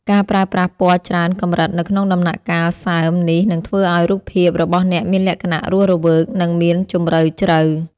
ការប្រើប្រាស់ពណ៌ច្រើនកម្រិតនៅក្នុងដំណាក់កាលសើមនេះនឹងធ្វើឱ្យរូបភាពរបស់អ្នកមានលក្ខណៈរស់រវើក និង មានជម្រៅជ្រៅ។